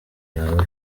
yawe